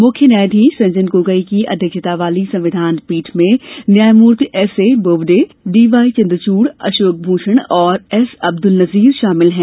मुख्य न्यायाधीश रंजन गोगोई की अध्यक्षता वाली संविधान पीठ में न्यायमूर्ति SA Bobde D Y Chandrachud Ashok Bhushan और एस अब्दुल नज़ीर शामिल हैं